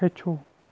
ہیٚچھِو